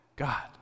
God